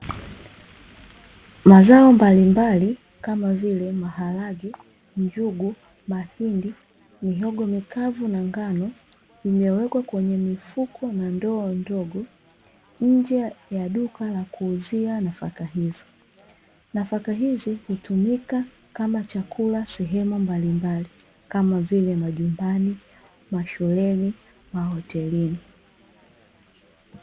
Mazao mbalimbali kama vile maharage njugu, mahindi, mihogo mikavu na ngano, imewekwa kwenye mifuko na ndoo ndogo nje ya duka la kuuzia nafaka hizo. Nafaka hizi hutumika kama chakula sehemu mbalimbali kama vile; majumbani, mashuleni na mahotelini.